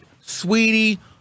sweetie